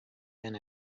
been